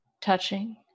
touching